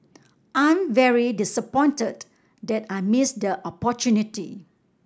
I'm very disappointed that I missed the opportunity